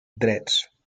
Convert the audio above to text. drets